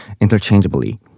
interchangeably